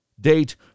date